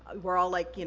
we're all like, you know